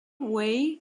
way